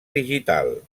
digital